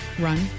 Run